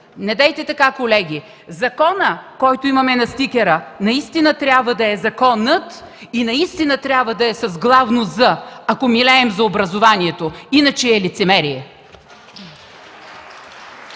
Недейте така, колеги! Законът, който имаме на стикера, наистина трябва да бъде Законът и наистина трябва да бъде с главно „з“, ако милеем за образованието. Иначе е лицемерие!